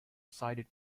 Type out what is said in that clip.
sided